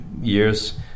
years